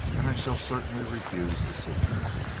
and i shall certainly refuse to see you.